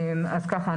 אז ככה,